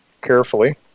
carefully